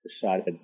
decided